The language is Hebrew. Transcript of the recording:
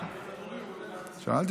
חבר הכנסת